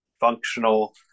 functional